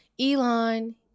Elon